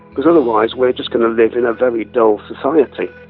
because otherwise we're just going to live in a very dull society